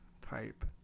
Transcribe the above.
type